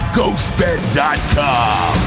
GhostBed.com